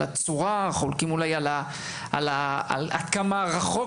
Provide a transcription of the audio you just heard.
על האופן ועל גודל השינוי שצריך לעשות עכשיו,